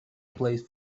place